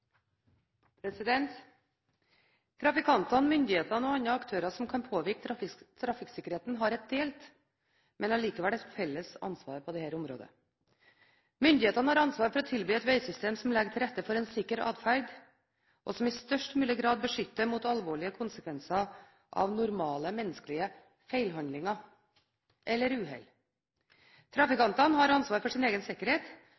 Trafikantene, myndighetene og andre aktører som kan påvirke trafikksikkerheten, har et delt, men likevel et felles ansvar på dette området. Myndighetene har ansvar for å tilby et vegsystem som legger til rette for en sikker atferd, og som i størst mulig grad beskytter mot alvorlige konsekvenser av normale, menneskelige feilhandlinger eller uhell. Trafikantene har ansvar for sin egen sikkerhet